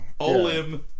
Olim